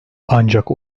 ancak